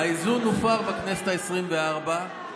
האיזון הופר בכנסת העשרים-וארבע.